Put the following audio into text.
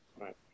Right